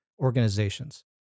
organizations